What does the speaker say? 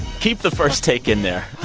keep the first take in there.